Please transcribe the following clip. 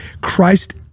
Christ